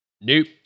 Nope